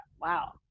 Wow